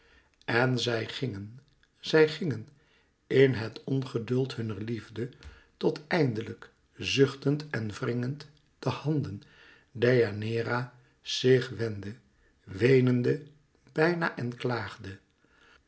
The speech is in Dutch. en zij gingen zij gingen in het ongeduld hunner liefde tot eindelijk zuchtend en wringend de handen deianeira zich wendde weenende bijna en klaagde